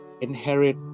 inherit